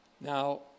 Now